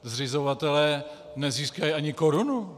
Zřizovatelé nezískají ani korunu.